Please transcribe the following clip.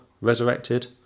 resurrected